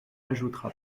ajoutera